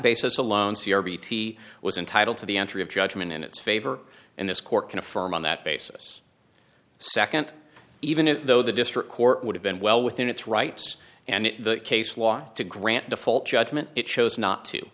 basis alone c r b t was entitled to the entry of judgment in its favor and this court can affirm on that basis second even though the district court would have been well within its rights and the case law to grant default judgement it chose not to